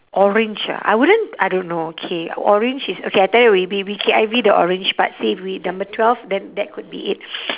orange ah I wouldn't I don't know K orange is okay I tell you we we we K_I_V the orange part see if we number twelve then that could be it